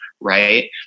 right